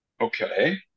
Okay